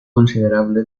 considerable